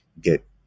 get